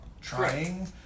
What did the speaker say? trying